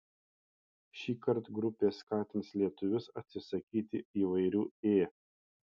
šįkart grupė skatins lietuvius atsisakyti įvairių ė